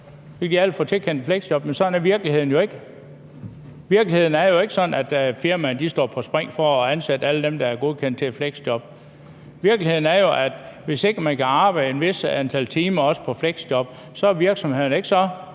at de alle kan få tilkendt et fleksjob. Men sådan er virkeligheden jo ikke. Virkeligheden er jo ikke sådan, at firmaerne står på spring for at ansætte alle dem, der er godkendt til et fleksjob. Virkeligheden er jo, at hvis ikke man kan arbejde et vist antal timer, også på fleksjob, så er virksomhederne ikke så